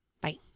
Bye